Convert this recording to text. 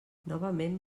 novament